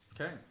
Okay